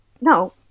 No